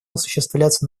осуществляться